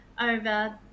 over